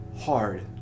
hard